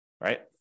Right